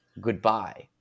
goodbye